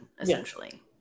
essentially